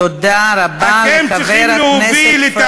תודה רבה לחבר הכנסת פריג'.